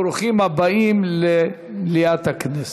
ברוכים הבאים למליאת הכנסת.